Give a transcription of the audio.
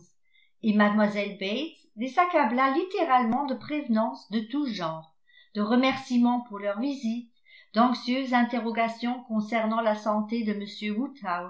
et mlle bates les accabla littéralement de prévenances de tous genres de remerciements pour leur visite d'anxieuses interrogations concernant la santé de